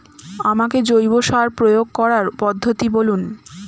আমাকে জৈব সার প্রয়োগ করার পদ্ধতিটি বলুন?